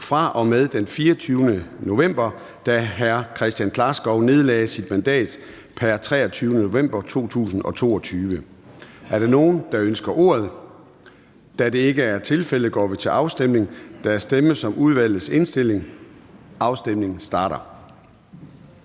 fra og med den 24. november 2022, da Kristian Klarskov nedlagde sit mandat pr. 23. november 2022. Er der nogen, der ønsker ordet? Da det ikke er tilfældet, går vi til afstemning. Kl. 13:01 Afstemning Formanden